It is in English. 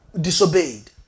disobeyed